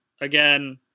again